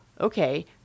okay